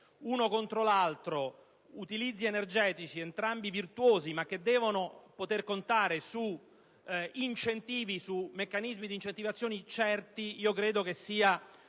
uno contro l'altro utilizzi energetici entrambi virtuosi, ma che devono poter contare su meccanismi di incentivazione certi, credo sia